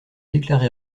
déclaré